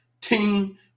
team